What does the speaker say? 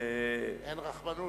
אין רחמנות.